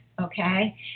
okay